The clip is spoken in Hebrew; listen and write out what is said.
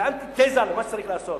זה אנטיתזה למה שצריך לעשות.